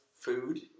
food